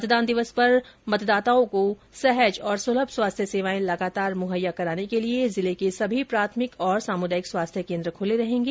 मतदान दिवस पर मतदाताओं को सहज और सुलभ स्वास्थ्य सेवाएं लगातार मुहैया कराने के लिए जिले के सभी प्राथमिक और सामुदायिक स्वास्थ्य केन्द्र खुले रहेगें